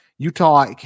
Utah